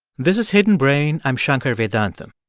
this is hidden brain. i'm shankar vedantam.